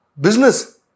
business